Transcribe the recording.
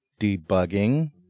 debugging